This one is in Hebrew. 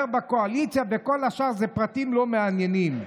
בקואליציה וכל השאר זה פרטים לא מעניינים".